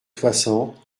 soixante